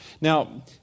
Now